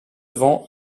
vend